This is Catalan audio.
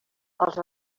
els